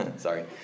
Sorry